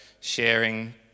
sharing